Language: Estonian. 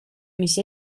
mis